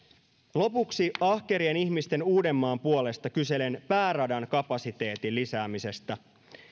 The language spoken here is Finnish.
lopuksi ahkerien ihmisten uudenmaan puolesta kyselen pääradan kapasiteetin lisäämisestä